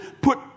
put